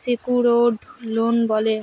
secured loan বলে